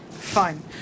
Fine